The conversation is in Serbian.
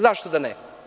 Zašto da ne?